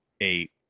eight